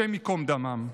השם ייקום דמם.